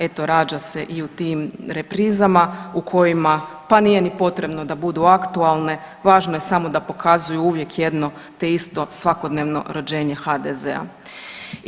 Eto, rađa se i u tim reprizama u kojima pa nije ni potrebno da budu aktualne, važno je da pokazuju uvijek jedno te isto, svakodnevno rođenje HDZ-a.